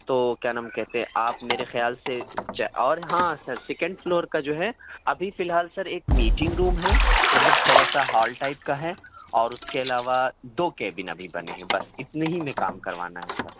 تو کیا نام کہتے آپ میرے خیال سے اور ہاں سر سیکینڈ فلور کا جو ہے ابھی فی الحال سر ایک میٹنگ روم ہے مطلب تھوڑا سا ہال ٹائپ کا ہے اور اُس کے علاوہ دو کیبن ابھی بنے ہیں بس اتنی ہی میں کام کروانا ہے سر